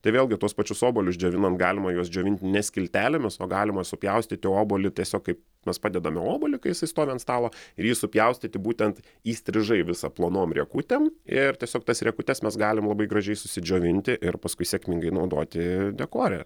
tai vėlgi tuos pačius obuolius džiovinant galima juos džiovinti ne skiltelėmis o galima supjaustyti obuolį tiesiog kaip mes padedame obuolį kai jisai stovi ant stalo ir jį supjaustyti būtent įstrižai visą plonom riekutėm ir tiesiog tas riekutes mes galim labai gražiai susidžiovinti ir paskui sėkmingai naudoti dekore